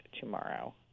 tomorrow